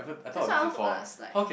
that's what I want to ask like